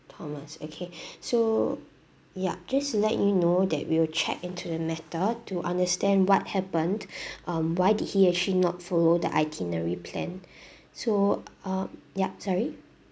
thomas okay so ya just to let you know that we will check into the matter to understand what happened um why did he actually not follow the itinerary plan so uh ya sorry